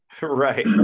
Right